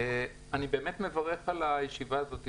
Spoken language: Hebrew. אני באמת מברך על הישיבה הזאת.